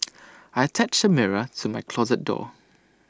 I attached A mirror to my closet door